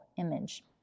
image